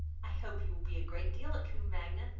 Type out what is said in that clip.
i hope you will be a great deal at combe magna.